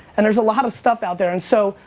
and there's a lot of stuff out there. and so,